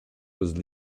was